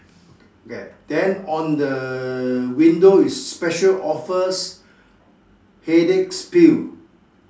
K then on the window is special offers headaches pill